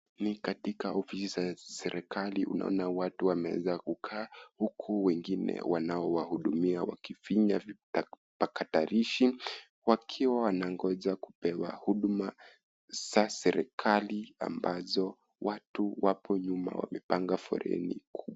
Ni katika ofisi za serikali. Unaona kuna watu wameweza kukaa huku wengine wanaowahudumia wakifinya pakatalishi ikiwa wanangoja kupewa huduma za serikali ambazo watu wapo nyuma wamepanga foleni.